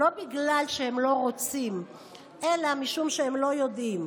לא בגלל שהם לא רוצים אלא משום שהם לא יודעים.